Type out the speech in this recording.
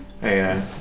Hey